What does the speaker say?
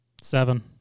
Seven